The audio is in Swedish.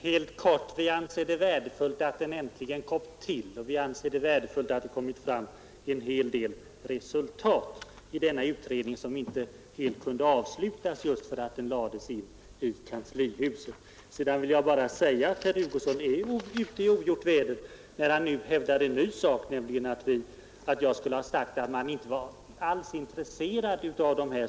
Fru talman! Vi anser det värdefullt att utredningen äntligen kom till, och vi anser det också värdefullt att det kommit fram en hel del resultat genom denna utredning, som för övrigt inte helt kunde avslutas just på grund av att den flyttades över till kanslihuset. Sedan vill jag bara säga att herr Hugosson är ute i ogjort väder igen när han nu hävdar att jag skulle ha sagt att socialdemokraterna inte alls var intresserade av dessa frågor.